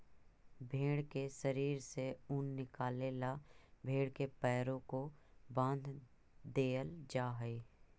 भेंड़ के शरीर से ऊन निकाले ला भेड़ के पैरों को बाँध देईल जा हई